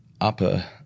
upper